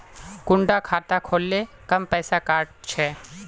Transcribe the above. कुंडा खाता खोल ले कम पैसा काट छे?